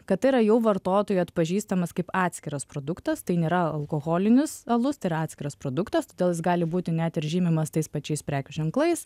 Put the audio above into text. kad tai yra jau vartotojų atpažįstamas kaip atskiras produktas tai nėra alkoholinis alus tai yra atskiras produktas todėl jis gali būti net ir žymimas tais pačiais prekių ženklais